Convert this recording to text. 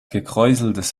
gekräuseltes